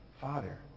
Father